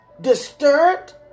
disturbed